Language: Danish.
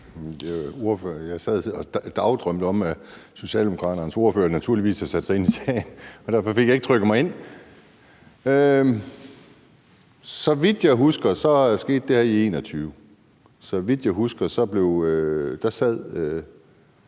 Jeg sad og dagdrømte om, at Socialdemokraternes ordfører naturligvis har sat sig ind i sagen, og derfor fik jeg ikke trykket mig ind. Så vidt jeg husker, skete det her i 2021. Der sad Socialdemokraterne sjovt